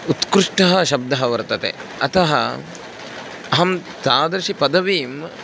उत्कृष्टः शब्दः वर्तते अतः अहं तादृशीं पदवीम्